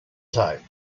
type